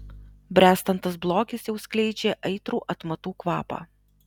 bręstantis blogis jau skleidžia aitrų atmatų kvapą